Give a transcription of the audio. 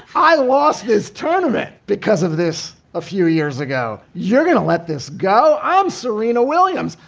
i lost his tournament because of this a few years ago. you're going to let this go. i'm serena williams.